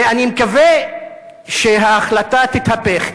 ואני מקווה שההחלטה תתהפך.